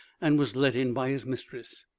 and was let in by his mistress,